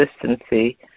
consistency